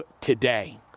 today